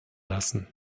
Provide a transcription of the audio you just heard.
lassen